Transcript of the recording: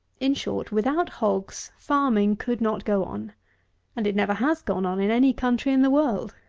in short, without hogs, farming could not go on and it never has gone on in any country in the world.